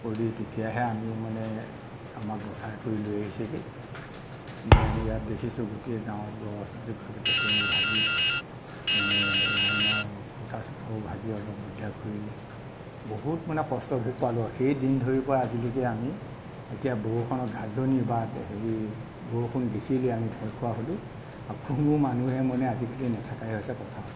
কৰি তেতিয়াহে আমি মানে আমাক বচাই কৰি লৈ আহিছেগৈ নি আনি ইয়াত দেখিছোঁ গোটেই গাঁৱত গছ গছনি ভাঙি মানে লাইনৰ খুঁটা চুটাবোৰ ভাঙি অলপ দিকদাৰ কৰিলে বহুত মানে কষ্ট ভোগ পালো আৰু সেই দিন ধৰি পৰা আজিলৈকে আমি এতিয়া বৰষুণৰ গাজনি বা হেৰি বৰষুণ দেখিলেই আমি ভয় খোৱা হ'লোঁ আৰু কোনো মানুহে মানে আজিকালি নথাকাই হৈছে পথাৰত